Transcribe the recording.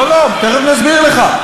לא, לא, תכף נסביר לך.